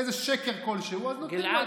איזה שקר כלשהו, אז נותנים לו את השקר הזה.